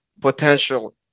potential